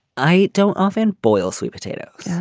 i don't often boil sweet potatoes.